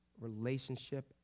relationship